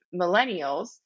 millennials